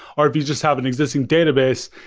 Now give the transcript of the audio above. or if you just have an existing database,